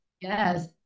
yes